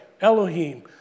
Elohim